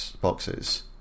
boxes